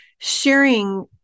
sharing